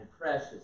precious